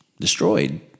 destroyed